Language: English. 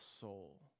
soul